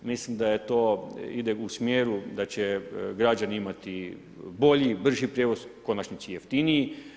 Mislim da je to, ide u smjeru da će građani imati bolji, brži prijevoz, a u konačnici i jeftiniji.